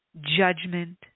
judgment